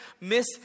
miss